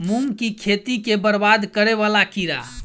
मूंग की खेती केँ बरबाद करे वला कीड़ा?